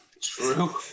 True